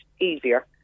easier